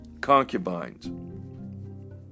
concubines